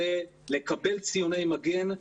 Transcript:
זה לקבל ציוני מגן.